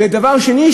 ודבר שני,